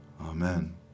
Amen